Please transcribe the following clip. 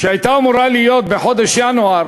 שהייתה אמורה להיות בחודש ינואר,